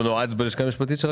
הוא נועץ בלשכה המשפטית של הכנסת.